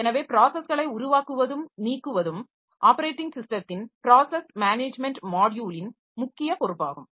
எனவே ப்ராஸஸ்களை உருவாக்குவதும் நீக்குவதும் ஆப்பரேட்டிங் ஸிஸ்டத்தின் ப்ராஸஸ் மேனேஜ்மென்ட் மாட்யுலின் முக்கியமான பொறுப்பாகும்